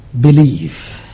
Believe